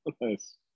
Nice